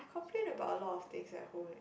complain about a lot of things at home